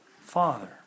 Father